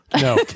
no